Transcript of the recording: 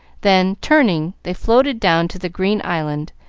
then, turning, they floated down to the green island,